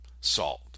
salt